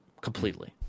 completely